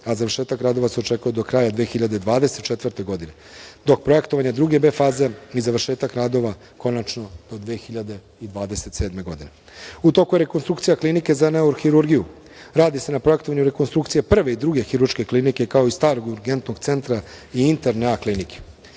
a završetak radova nas očekuje do kraja 2024. godine. Dok projektovanje druge B faze i završetak radova konačno do 2027. godine.U toku je rekonstrukcija Klinike za neurohirurgiju. Radi se na projektovanju i rekonstrukcije Prve i Druge hirurške klinike, kao i starog Urgentnog centra i Interne A klinike. Klinički